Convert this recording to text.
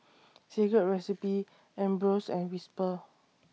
Secret Recipe Ambros and Whisper